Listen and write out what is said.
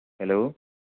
hello